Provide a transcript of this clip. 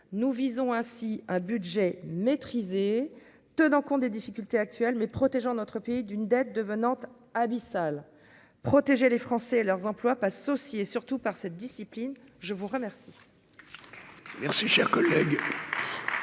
nous visons ainsi un budget maîtrisé, tenant compte des difficultés actuelles mais protégeant notre pays d'une dette devenant abyssal : protéger les Français et leurs employes passe aussi et surtout par cette discipline, je vous remercie.